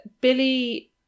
Billy